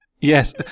Yes